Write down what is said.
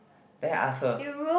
then I ask her